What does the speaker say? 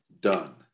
done